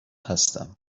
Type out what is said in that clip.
هستم